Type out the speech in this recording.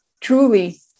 truly